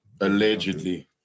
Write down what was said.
Allegedly